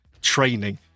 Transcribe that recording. training